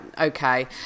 okay